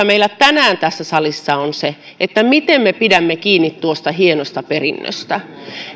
meillä tänään tässä salissa on on se miten me pidämme kiinni tuosta hienosta perinnöstä